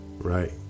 Right